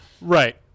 Right